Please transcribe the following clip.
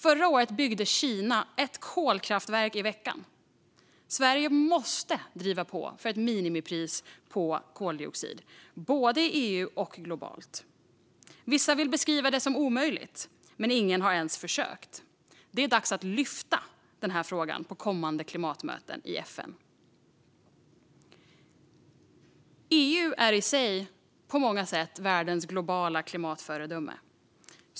Förra året byggde Kina ett kolkraftverk i veckan. Sverige måste driva på för ett minimipris på koldioxid, både i EU och globalt. Vissa vill beskriva det som omöjligt, men ingen har ens försökt. Det är dags att lyfta den frågan på kommande klimatmöten i FN. EU är i sig på många sätt världens globala klimatföredöme.